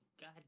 god